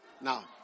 Now